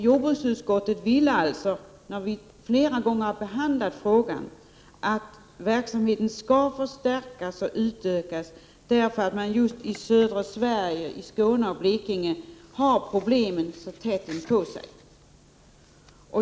Jordbruksutskottet ville alltså — utskottet har behandlat frågan flera gånger — att verksamheten skulle få förstärkas och utökas därför att man just i södra Sverige, i Skåne och Blekinge, har problemen så tätt inpå sig.